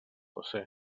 josé